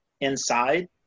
inside